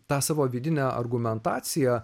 tą savo vidinę argumentaciją